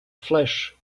flash